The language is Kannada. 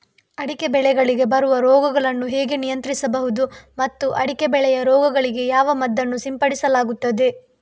ಅಡಿಕೆ ಬೆಳೆಗಳಿಗೆ ಬರುವ ರೋಗಗಳನ್ನು ಹೇಗೆ ನಿಯಂತ್ರಿಸಬಹುದು ಮತ್ತು ಅಡಿಕೆ ಬೆಳೆಯ ರೋಗಗಳಿಗೆ ಯಾವ ಮದ್ದನ್ನು ಸಿಂಪಡಿಸಲಾಗುತ್ತದೆ?